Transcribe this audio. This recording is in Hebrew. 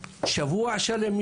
שבוע שלם,